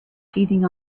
heating